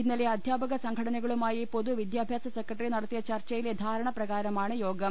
ഇന്നലെ അധ്യാപക സംഘടനകളുമായി പൊതുവിദ്യാഭ്യാസ സെക്രട്ടറി നടത്തിയ ചർച്ചയിലൊധാരണ പ്രകാരമാണ് യോഗം